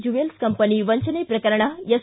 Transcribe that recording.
ಜ್ಟುವೆಲ್ಸ್ company ವಂಚನೆ ಪ್ರಕರಣ S